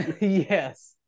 Yes